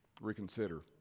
reconsider